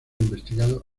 investigado